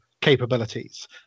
capabilities